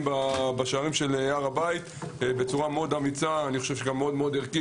בשערי הר הבית בצורה מאוד אמיצה וערכית.